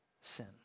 sin